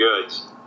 goods